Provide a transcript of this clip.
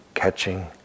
catching